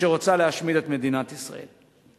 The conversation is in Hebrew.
אשר רוצה להשמיד את מדינת ישראל.